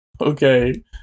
Okay